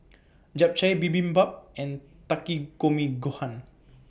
Japchae Bibimbap and Takikomi Gohan